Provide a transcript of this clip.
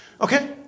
Okay